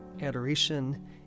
adoration